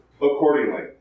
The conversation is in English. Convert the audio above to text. accordingly